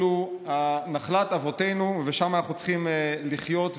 זו נחלת אבותינו\ ושם אנחנו צריכים לחיות,